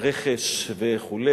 הרכש וכו'.